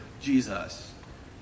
Jesus